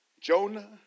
Jonah